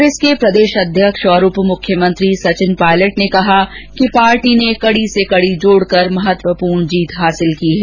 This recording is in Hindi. कांग्रेस के प्रदेशाध्यक्ष और उपमुख्यमंत्री सचिन पायलट ने कहा कि पार्टी ने कड़ी से कड़ी जोड़कर महत्वपूर्ण जीत हासिल की है